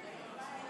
להלן